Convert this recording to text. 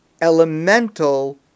elemental